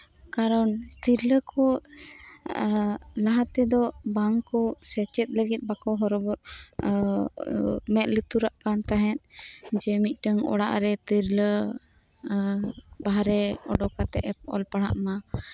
ᱠᱟᱨᱚᱱ ᱛᱤᱨᱞᱟᱹᱠᱚ ᱞᱟᱦᱟᱛᱮᱫᱚ ᱵᱟᱝᱠᱩ ᱥᱮᱪᱮᱫ ᱞᱟᱹᱜᱤᱫ ᱵᱟᱹᱠᱩ ᱢᱮᱫ ᱞᱩᱛᱩᱨᱟᱜ ᱠᱟᱱᱛᱟᱦᱮᱸᱫ ᱡᱮ ᱢᱤᱫᱴᱟᱝ ᱚᱲᱟᱜ ᱨᱮ ᱛᱤᱨᱞᱟᱹ ᱵᱟᱨᱦᱮ ᱚᱰᱚᱠ ᱠᱟᱛᱮ ᱮ ᱯᱟᱲᱦᱟᱜ ᱢᱟ